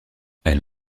elle